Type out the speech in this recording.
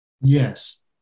Yes